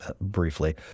briefly